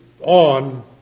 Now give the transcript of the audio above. on